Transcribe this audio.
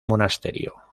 monasterio